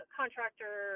contractor